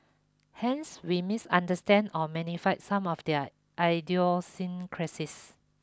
hence we misunderstand or magnify some of their idiosyncrasies